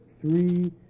three